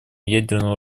ядерного